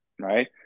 right